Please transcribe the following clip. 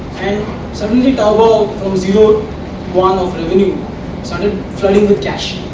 and suddenly taobao from zero yuan of revenue started flooding with cash